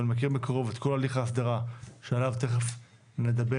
ואני מכיר מקרוב את כל הליך ההסדרה שעליו תיכף נדבר,